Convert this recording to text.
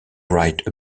write